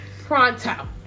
Pronto